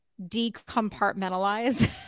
decompartmentalize